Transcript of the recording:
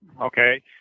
Okay